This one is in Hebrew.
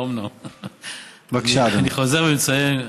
אז אני חוזר ומציין.